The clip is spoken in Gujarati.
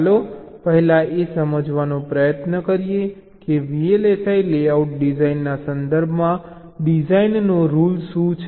ચાલો પહેલા એ સમજવાનો પ્રયત્ન કરીએ કે VLSI લેઆઉટ ડિઝાઇનના સંદર્ભમાં ડિઝાઇનનો રૂલ શું છે